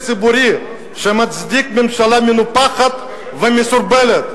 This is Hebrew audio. ציבורי שמצדיק ממשלה מנופחת ומסורבלת?"